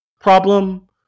problem